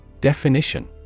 Definition